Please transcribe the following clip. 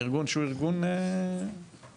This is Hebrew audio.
מארגון שהוא ארגון רשמי,